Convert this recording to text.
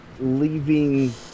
leaving